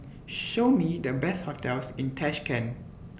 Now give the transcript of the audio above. Show Me The Best hotels in Tashkent